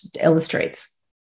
illustrates